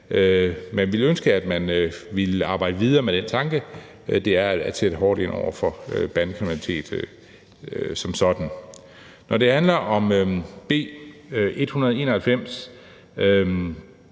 vi ville ønske, at man ville arbejde videre med den tanke om at sætte hårdt ind over for bandekriminalitet som sådan. Når det handler om B 191,